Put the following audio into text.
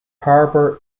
harbor